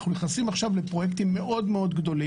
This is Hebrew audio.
אנחנו נכנסים עכשיו לפרויקטים מאוד מאוד גדולים.